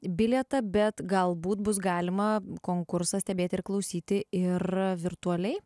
bilietą bet galbūt bus galima konkursą stebėti ir klausyti ir virtualiai